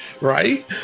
Right